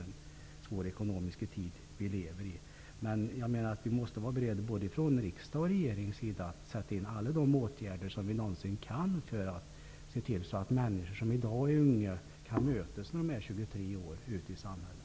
Vi lever i en svår tid ekonomiskt sett. Men både riksdagen och regeringen måste vara beredda att sätta in alla de åtgärder som är möjliga för att se till att människor som är unga i dag kan mötas i samhället.